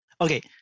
Okay